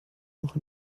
noch